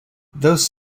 those